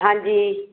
ਹਾਂਜੀ